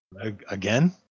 again